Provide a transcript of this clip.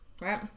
Right